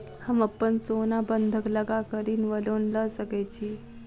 हम अप्पन सोना बंधक लगा कऽ ऋण वा लोन लऽ सकै छी?